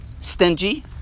stingy